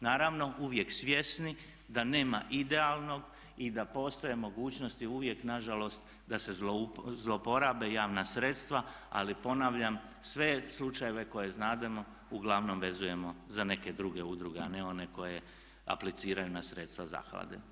Naravno uvijek smiješni da nema idealnog i da postoje mogućnosti uvijek nažalost da se zlouporabe javna sredstava ali ponavljam sve slučajeve koje znademo uglavnom vezujemo za neke druge udruge a ne one koje apliciraju na sredstva zaklade.